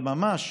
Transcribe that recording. אבל ממש,